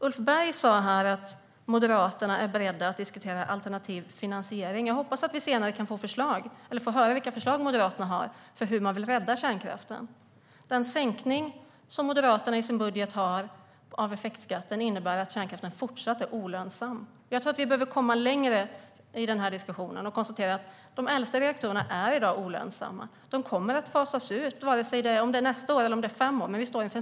Ulf Berg sa att Moderaterna är beredda att diskutera alternativ finansiering. Jag hoppas att vi senare kan få höra vilka förslag Moderaterna har för att rädda kärnkraften. Den sänkning av effektskatten som Moderaterna har i sin budget innebär att kärnkraften även i fortsättningen är olönsam. Jag tror att vi behöver komma längre i diskussionen och konstatera att de äldsta reaktionerna i dag är olönsamma. De kommer att fasas ut, oavsett om det blir nästa år eller om fem år.